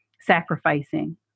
sacrificing